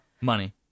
money